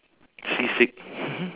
seasick